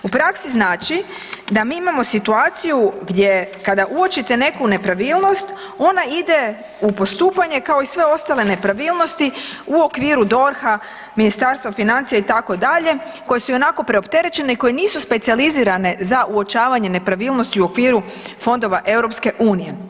U praksi znači da mi imamo situaciju gdje kada uočite neku nepravilnost ona ide u postupanje kao i sve ostale nepravilnosti u okviru DORH-a, Ministarstva financija itd., koje su ionako preopterećene i koje nisu specijalizirane za uočavanje nepravilnosti u okviru fondova EU.